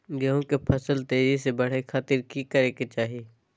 गेहूं के फसल तेजी से बढ़े खातिर की करके चाहि?